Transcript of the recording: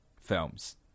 films